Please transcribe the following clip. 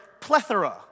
plethora